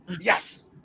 Yes